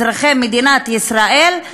אזרחי מדינת ישראל,